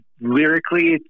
lyrically